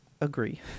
agree